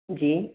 जी